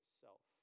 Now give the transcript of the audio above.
self